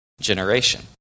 generation